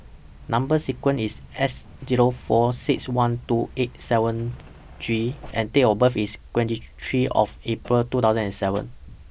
Number sequence IS S Zero four six one two eight seven G and Date of birth IS twenty three of April two thousand and seven